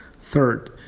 third